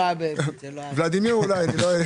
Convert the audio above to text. ולדימיר אולי.